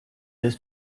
des